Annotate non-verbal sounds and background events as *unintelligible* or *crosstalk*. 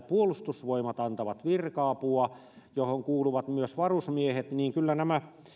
*unintelligible* puolustusvoimat antaa virka apua johon kuuluvat myös varusmiehet niin kyllä nämä